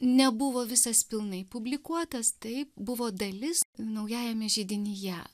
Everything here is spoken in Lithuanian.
nebuvo visas pilnai publikuotas tai buvo dalis naujajame židinyje